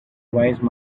wise